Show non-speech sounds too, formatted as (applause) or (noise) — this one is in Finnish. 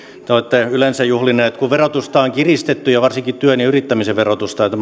te olette yleensä juhlineet kun verotusta on kiristetty ja varsinkin työn ja yrittämisen verotusta (unintelligible)